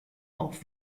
auch